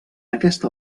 aquesta